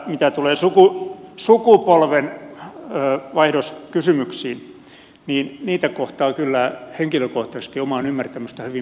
mitä tulee sukupolvenvaihdoskysymyksiin niin niitä kohtaan kyllä henkiökohtaisesti omaan ymmärtämystä hyvin paljon